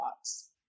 thoughts